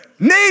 Need